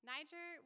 Niger